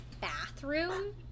bathroom